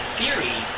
theory